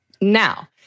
Now